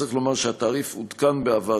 צריך לומר שהתעריף עודכן בעבר,